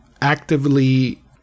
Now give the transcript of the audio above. actively